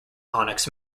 onyx